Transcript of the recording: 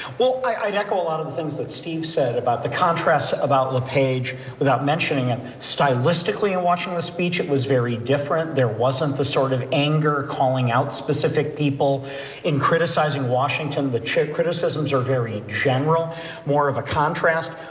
well, i'd echo a lot of the things that steve said about the contrast, about lepage without mentioning it stylistically and watching the speech, it was very different there wasn't the sort of anger calling out specific people in criticizing washington, the chip criticisms are very general more of a contrast.